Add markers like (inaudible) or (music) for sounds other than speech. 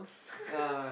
(laughs)